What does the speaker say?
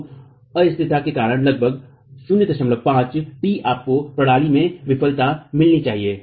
तो अस्थिरता के कारण लगभग 05 टी आपको प्रणाली में विफलता मिलनी चाहिए